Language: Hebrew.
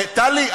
טלי,